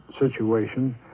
situation